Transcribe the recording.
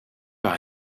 par